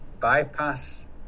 bypass